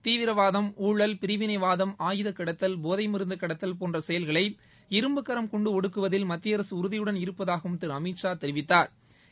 தீவிரவாதம் ஊழல் பிரிவினைவாதம் ஆயுதக்கடத்தல் போதை மருந்து கடத்தல் போன்ற செயல்களை இரும்புக் கரம் கொண்டு ஒடுக்குவதில் மத்திய அரசு உறதியுடன் இருப்பதாகவும் திரு அமித்ஷா தெரிவித்தாா்